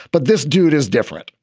but this dude is different.